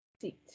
Seat